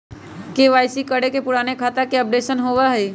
KYC करें से पुराने खाता के अपडेशन होवेई?